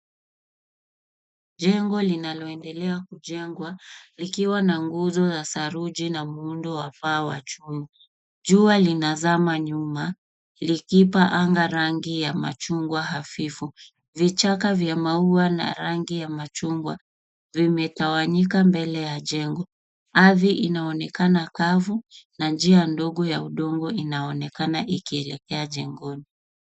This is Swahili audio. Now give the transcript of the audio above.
Jengo linaloendelea kujengwa likiwa na nguzo za saruji na muundo wa paa wa chuma. Jua linazama nyuma likipa anga rangi ya machungwa hafifu. Vichaka vya maua na rangi ya machungwa vimetawanyika mbele ya jengo. Ardhi inaonekana kavu na njia ndogo ya udongo inaonekana ikielekea jengoni.